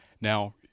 Now